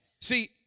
See